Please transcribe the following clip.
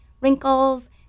wrinkles